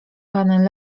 pan